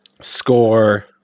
Score